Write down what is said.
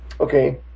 Okay